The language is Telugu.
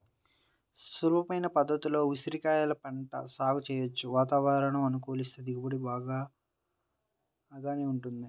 సులభమైన పద్ధతుల్లో ఉసిరికాయల పంట సాగు చెయ్యొచ్చు, వాతావరణం అనుకూలిస్తే దిగుబడి గూడా బాగానే వుంటది